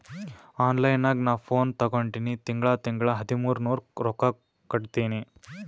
online ನಾಗ್ ನಾ phone ತಗೊಂಡಿನಿ ತಿಂಗಳಾ ತಿಂಗಳಾ ಹದಿಮೂರ್ ನೂರ್ ರೊಕ್ಕಾ ಕಟ್ಟತ್ತಿನಿ